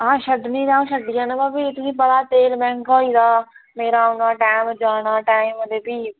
हां छुड़ने ई ते अ'ऊं छुड़ी औन्ना भी तुसें ई पता तेल मैंह्गा होई गेदा मेरा औना दा टाइम जाना दा टाइम ते भी